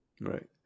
Right